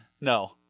No